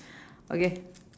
okay